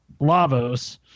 Lavos